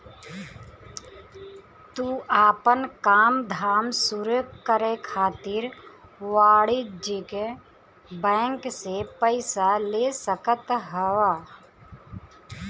तू आपन काम धाम शुरू करे खातिर वाणिज्यिक बैंक से पईसा ले सकत हवअ